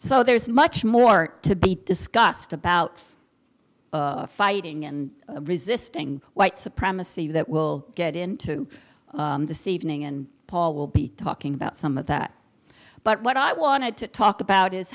so there is much more to be discussed about fighting and resisting white supremacy that will get into the sea evening and paul will be talking about some of that but what i wanted to talk about is